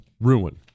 ruin